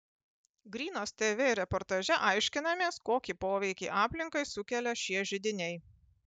grynas tv reportaže aiškinamės kokį poveikį aplinkai sukelia šie židiniai